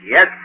Yes